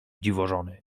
dziwożony